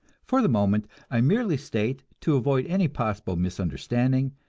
for the moment i merely state, to avoid any possible misunderstanding,